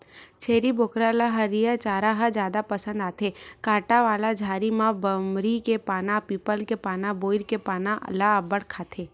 छेरी बोकरा ल हरियर चारा ह जादा पसंद आथे, कांटा वाला झाड़ी म बमरी के पाना, पीपल के पाना, बोइर के पाना ल अब्बड़ खाथे